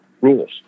rules